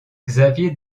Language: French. xavier